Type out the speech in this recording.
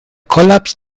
kollaps